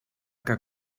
que